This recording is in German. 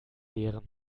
leeren